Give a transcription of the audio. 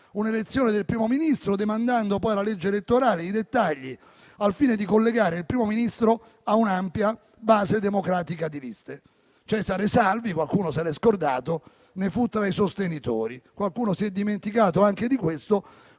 un'elezione del Primo Ministro, demandando poi alla legge elettorale i dettagli, al fine di collegarlo a un'ampia base democratica di liste (Cesare Salvi - qualcuno se l'è scordato - fu tra i suoi sostenitori). Qualcuno si è dimenticato anche di questo,